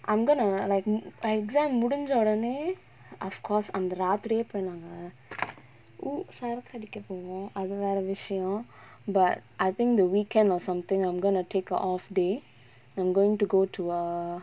I'm gonna like exam முடிஞ்ச ஒடனே:mudinja odanae of course அந்த ராத்திரியே போய் நாங்க:antha raathiriyae poyi naanga oh சரக்கடிக்க போவோ அது வேற விஷயோ:sarakadikka povo athu vera vishayo but I think the weekend or something I'm gonna take an off day I'm going to go to a